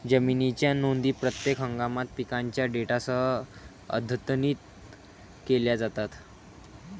जमिनीच्या नोंदी प्रत्येक हंगामात पिकांच्या डेटासह अद्यतनित केल्या जातात